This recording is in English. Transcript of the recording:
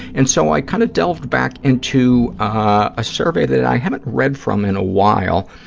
and so i kind of delved back in to a survey that i haven't read from in a while,